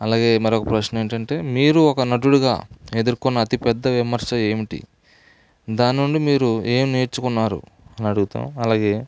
అలాగే మరొక ప్రశ్న ఏంటంటే మీరు ఒక నటుడుగా ఎదుర్కున్న అతి పెద్ద విమర్శ ఏమిటి దాని నుండి మీరు ఏం నేర్చుకున్నారు అనడుగుతాం అలాగే